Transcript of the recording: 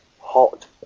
hot